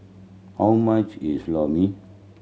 how much is Lor Mee